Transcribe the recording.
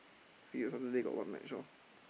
see Saturday got what match lor